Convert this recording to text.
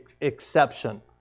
exception